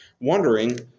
wondering